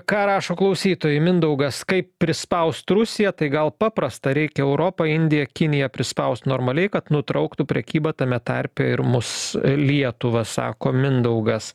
ką rašo klausytojai mindaugas kaip prispaust rusiją tai gal paprasta reikia europą indiją kiniją prispausti normalia kad nutrauktų prekybą tame tarpe ir mus lietuvą sako mindaugas